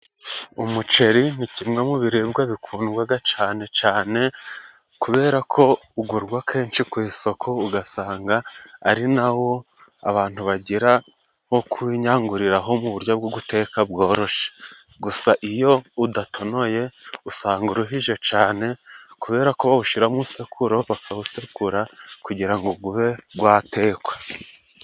Umuceri ni kimwe mu biribwa bikundwaga cane cane kubera ko ugurwa kenshi ku isoko, ugasanga ari nawo abantu bagira wo kwinyanguriraho mu buryo bwo guteka bworoshe. Gusa iyo udatonoye usanga uruhije cane, kubera ko bawushira mu isekuru bakawusekura, kugira ngo gube gwatekwa.